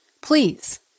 please